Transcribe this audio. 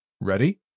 Ready